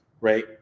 right